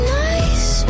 nice